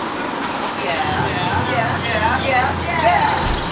yeah. yeah. yeah. yeah. yeah. yeah. yeah!